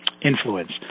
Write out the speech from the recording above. influence